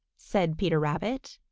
said peter rabbit.